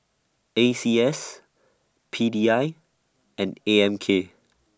A C S P D I and A M K